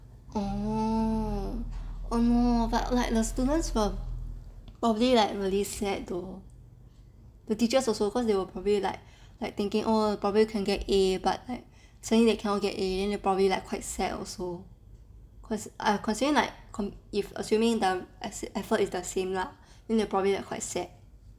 oh oh no but like the students were probably like really sad though the teachers also cause they were probably like like thinking oh probably can get A but like saying they cannot get A then they probably like quite sad also cause considering like if assuming the as effort is the same lah then they probably like quite sad